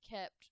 kept